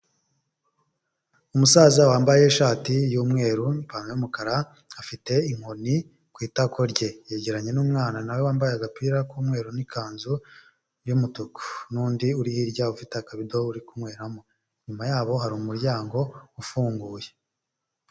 Umusaza wambaye ishati y'umweru ipantaro y'umukara afite inkoni ku itako rye, yegeranye n'umwana nawe wambaye agapira k'umweru n'ikanzu y'umutuku n'undi uri hirya ufite akabido uri kunyweramo, inyuma yabo hari umuryango ufunguye.